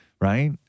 Right